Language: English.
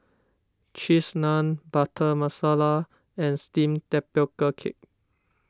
Cheese Naan Butter Masala and Steamed Tapioca Cake